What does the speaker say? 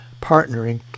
partnering